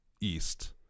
east